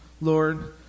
Lord